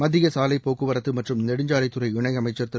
மத்திய சாலைப் போக்குவரத்து மற்றும் நெடுஞ்சாலைத்துறை இணையமைச்சர் திரு